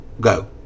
Go